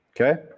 Okay